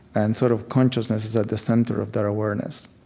and sort of consciousness is at the center of that awareness